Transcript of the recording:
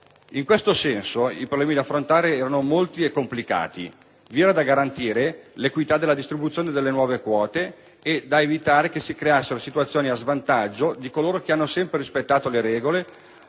In questo senso, i problemi da affrontare erano molti e complicati. Vi era da garantire l'equità della distribuzione delle nuove quote e da evitare che si creassero situazioni di svantaggio per coloro che avevano sempre rispettato le regole